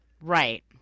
Right